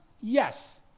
Yes